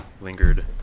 lingered